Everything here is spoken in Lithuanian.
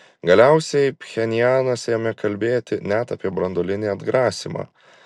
galiausiai pchenjanas ėmė kalbėti net apie branduolinį atgrasymą